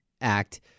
act